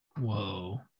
Whoa